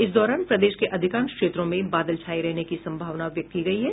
इस दौरान प्रदेश के अधिकांश क्षेत्रों में बादल छाये रहने की संभावना व्यक्त की गयी है